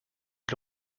est